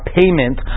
payment